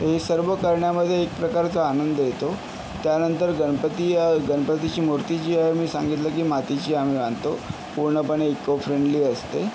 ते सर्व करण्यामध्ये एक प्रकारचा आनंद येतो त्यानंतर गणपती गणपतीची मूर्ती जी आहे मी सांगितलं की मातीची आम्ही आणतो पूर्णपणे इकोफ्रेंडली असते